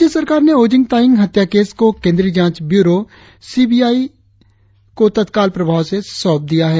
राज्य सरकार ने ओजिंग तायिग हत्या केस को केंद्रीय जांच ब्यूरो सी बी आई को तत्काल प्रभाव से सौप दिया है